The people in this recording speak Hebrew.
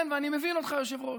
כן, ואני מבין אותך, היושב-ראש.